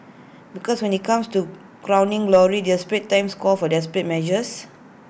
because when IT comes to crowning glory desperate times call for desperate measures